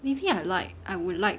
maybe I'd like I would like